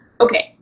Okay